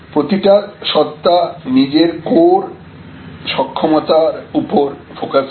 প্রতিটা সত্তা নিজের কোর সক্ষমতা উপর ফোকাস করে